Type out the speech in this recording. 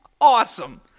awesome